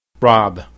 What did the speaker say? Rob